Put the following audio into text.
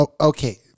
Okay